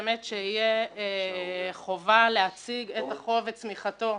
שתהיה חובה להציג את החוב וצמיחתו,